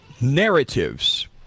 narratives